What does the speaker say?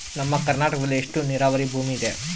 ನಮ್ಮ ಕರ್ನಾಟಕದಲ್ಲಿ ಎಷ್ಟು ನೇರಾವರಿ ಭೂಮಿ ಇದೆ?